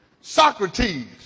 Socrates